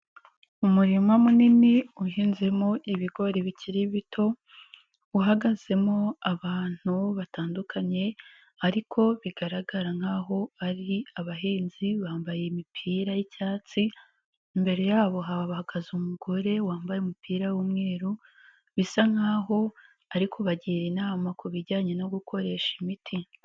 Umurima munini uhinzemo ibigori bikiri bito, uhagazemo abantu batandukanye ariko bigaragara nkaho ari abahinzi bambaye imipira y'icyatsi, imbere yabo hahagaze umugore wambaye umupira w'umweru bisa nkaho ari kubagira inama ku bijyanye no gukoresha imiti.